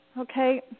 okay